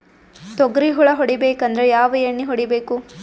ತೊಗ್ರಿ ಹುಳ ಹೊಡಿಬೇಕಂದ್ರ ಯಾವ್ ಎಣ್ಣಿ ಹೊಡಿಬೇಕು?